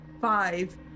five